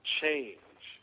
change